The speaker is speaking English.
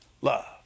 love